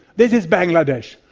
this is bangladesh.